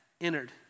entered